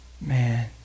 Man